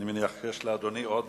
אני מניח שיש לאדוני עוד